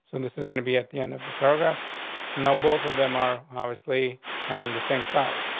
and this is gonna be at the end of the paragraph now. both of them are obviously having the same styles.